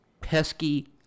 pesky